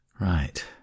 Right